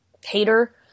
hater